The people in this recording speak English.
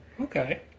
Okay